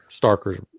starker's